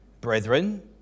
brethren